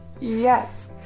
Yes